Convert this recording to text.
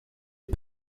des